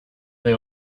they